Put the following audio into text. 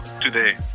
today